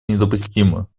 недопустимо